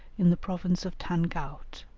in the province of tangaut,